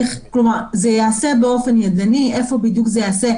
זה ייעשה באופן ידני איפה בדיוק זה ייעשה,